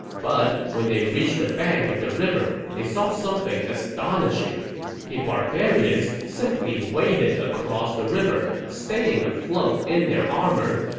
but when they reached the bank of the river, they saw something astonishing the barbarians simply waded across the river, staying afloat in their armor.